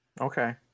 Okay